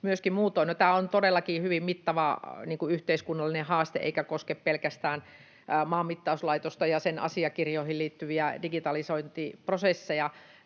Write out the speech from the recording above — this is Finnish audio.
tämä on todellakin hyvin mittava yhteiskunnallinen haaste eikä koske pelkästään Maanmittauslaitosta ja sen asiakirjoihin liittyviä digitalisointiprosesseja.